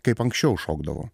kaip anksčiau šokdavo